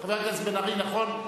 חבר הכנסת בן-ארי, נכון.